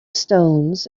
stones